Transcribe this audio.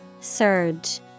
Surge